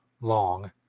long